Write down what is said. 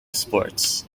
sports